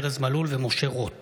ארז מלול ומשה רוט